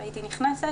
והייתי נכנסת,